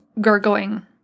gurgling